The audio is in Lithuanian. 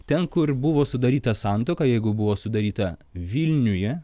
ten kur buvo sudaryta santuoka jeigu buvo sudaryta vilniuje